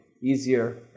easier